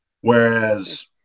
Whereas